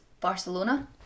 Barcelona